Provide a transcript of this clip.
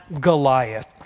Goliath